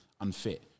unfit